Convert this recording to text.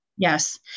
Yes